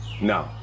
no